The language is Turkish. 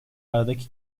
aradaki